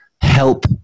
help